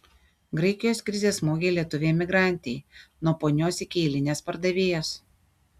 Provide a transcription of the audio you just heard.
graikijos krizė smogė lietuvei emigrantei nuo ponios iki eilinės pardavėjos